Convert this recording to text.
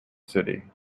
city